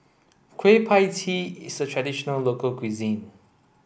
Kueh Pie Tee is a traditional local cuisine